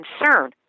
concern